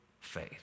faith